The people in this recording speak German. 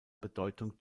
bedeutung